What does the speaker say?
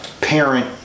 parent